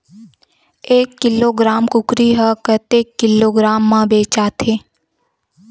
एक किलोग्राम कुकरी ह कतेक किलोग्राम म बेचाथे?